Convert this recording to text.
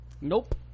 Nope